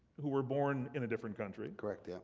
who were born in a different country? correct. yeah